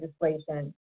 legislation